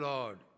Lord